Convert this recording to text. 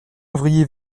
ouvrier